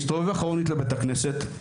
הסתובב אחורנית ושואל,